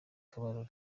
kabarore